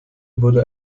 wurde